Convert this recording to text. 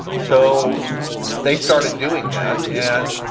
so they started doing that. and,